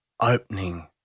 opening